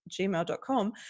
gmail.com